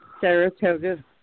Saratoga